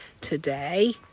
today